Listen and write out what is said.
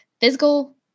physical